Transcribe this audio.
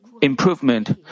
improvement